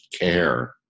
care